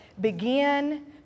begin